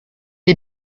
est